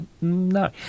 No